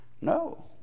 No